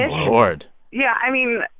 lord yeah, i mean,